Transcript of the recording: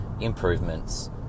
improvements